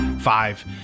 five